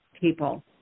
people